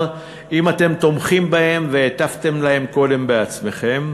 אם אתם תומכים בהם והטפתם להם קודם בעצמכם,